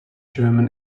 german